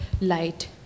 light